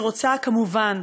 אני רוצה, כמובן,